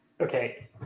Okay